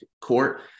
court